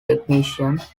technicians